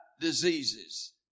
diseases